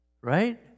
Right